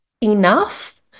enough